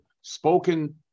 spoken